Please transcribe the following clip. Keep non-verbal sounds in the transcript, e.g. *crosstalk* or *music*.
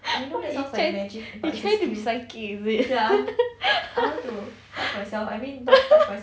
his hands his hands is psychic is it *laughs*